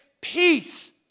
peace